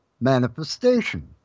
manifestation